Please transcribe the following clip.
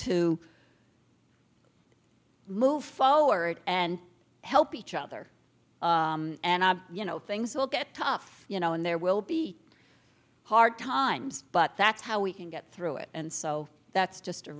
to move followers and help each other and you know things will get tough you know and there will be hard times but that's how we can get through it and so that's just